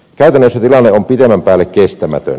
käytännössä tilanne on pitemmän päälle kestämätön